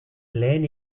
lehen